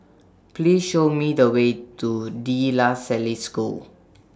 Please Show Me The Way to De La Salle School